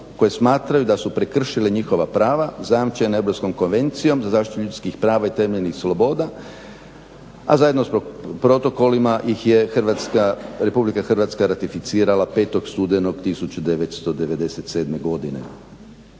koje smatraju da su prekršile njihova prava zajamčena Europskom konvencijom za zaštitu ljudskih prava i temeljnih sloboda, a zajedno sa protokolima ih je Hrvatska, RH ratificirala 05. studenog 1997. godine.